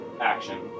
action